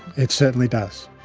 it certainly does.